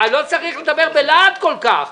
אבל לא צריך לדבר בלהט כל כך.